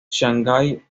shanghai